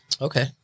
Okay